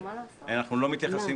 שאנחנו לא מתייחסים,